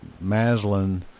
Maslin